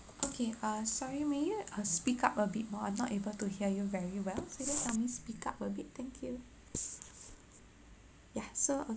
okay err sorry may you uh speak up a bit more I'm not able to hear you very well so can you speak up a bit thank you ya so